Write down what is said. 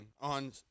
on